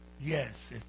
Yes